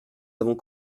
avons